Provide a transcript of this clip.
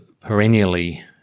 perennially